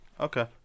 Okay